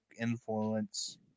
influence